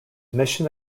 mission